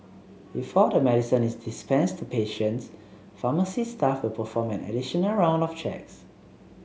before the medicine is dispensed to patients pharmacy staff will perform an additional round of checks